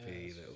little